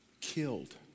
killed